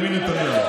לא,